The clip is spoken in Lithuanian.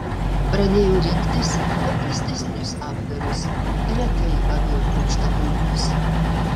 pradėjau rinktis paprastesnius apdarus retai aviu aukštakulnius